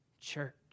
church